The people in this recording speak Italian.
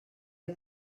del